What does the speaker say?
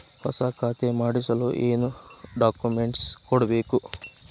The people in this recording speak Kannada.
ಹೊಸ ಖಾತೆ ಮಾಡಿಸಲು ಏನು ಡಾಕುಮೆಂಟ್ಸ್ ಕೊಡಬೇಕು?